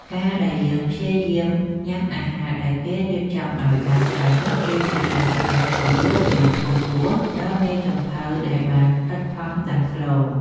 ការដែលយើងព្យាយាមញ៉ាំអាហារដែលគេរៀបចំឱ្យបានច្រើនមុខ គឺជាការផ្តល់កិត្តិយសយ៉ាងខ្ពង់ខ្ពស់ដល់មេចុងភៅដែលបានខិតខំដាំស្ល។